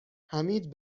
حمید